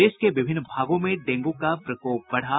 प्रदेश के विभिन्न भागों में डेंगू का प्रकोप बढ़ा